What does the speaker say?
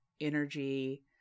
Energy